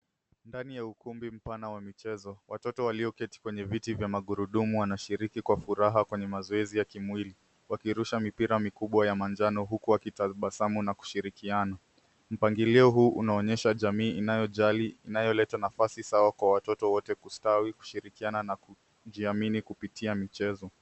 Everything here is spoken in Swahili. Ndani ya ukumbi mpana wa michezo, watoto walioketi kwenye viti vya magurudumu wanashiriki kwa furaha kwenye mazoezi ya kimwili wakirusha mipira mikubwa ya manjano huku wakitabasamu na kushirikiana. Mpangilio huu unaonyesha jamii inayojaali, inayoleta nafasi sawa kwa watoto wote kustawi kushirikiana na kujiamini kupitia michezo.